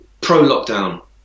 Pro-lockdown